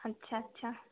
আচ্ছা আচ্ছা